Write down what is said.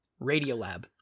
Radiolab